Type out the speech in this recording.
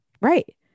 right